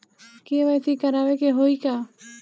KYC करावे के होई का?